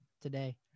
today